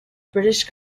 british